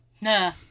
Nah